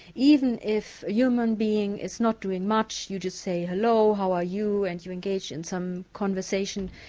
even if a human being is not doing much, you just say, hello, how are you? and you engage in some conversation,